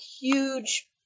huge